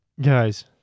guys